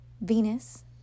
Venus